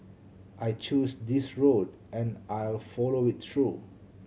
I chose this road and I'll follow it through